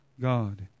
God